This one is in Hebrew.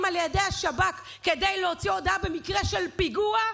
על ידי השב"כ כדי להוציא הודאה במקרה של פיגוע,